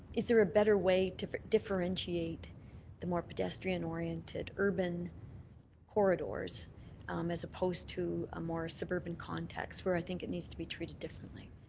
is there a better way to differentiate the more pedestrian oriented urban corridors um as opposed to a more suburban context where i think it needs to be treated differently?